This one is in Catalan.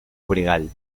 abrigall